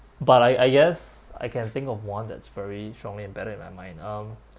but I I guess I can think of one that's very strongly embedded in my mind um